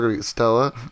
Stella